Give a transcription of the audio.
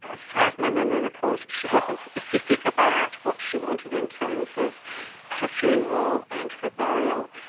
as far as my memory recalls, she wasn't specific about what she wanted in terms of her funeral and her burial.